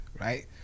right